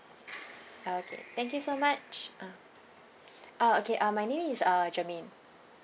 okay thank you so much ah uh okay uh my name is uh germaine